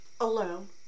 alone